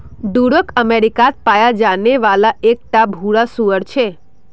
Duroc अमेरिकात पाया जाने वाला एक टा भूरा सूअर छे